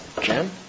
Jim